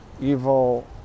evil